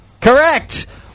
Correct